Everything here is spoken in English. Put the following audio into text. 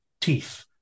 teeth